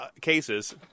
cases